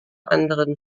anderen